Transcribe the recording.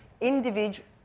individual